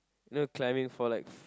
you know climbing for like f~